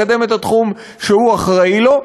לקדם את התחום שהוא אחראי לו.